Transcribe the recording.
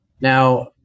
Now